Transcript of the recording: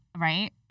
Right